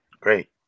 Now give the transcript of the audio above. great